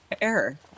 Error